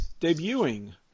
debuting